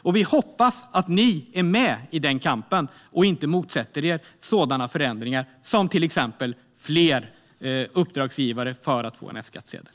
Vi hoppas att ni är med i den kampen och inte motsätter er sådana förändringar som till exempel krav på flera uppdragsgivare för att få F-skattsedel.